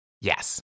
Yes